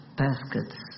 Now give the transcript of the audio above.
baskets